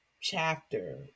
chapter